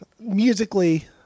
musically